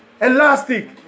Elastic